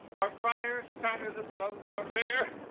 are friars fatter than the nuns are fair?